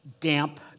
damp